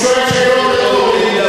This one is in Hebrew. לא, הוא שואל שאלות רטוריות.